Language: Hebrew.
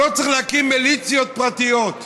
לא צריך להקים מיליציות פרטיות.